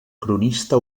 cronista